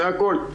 זה הכול.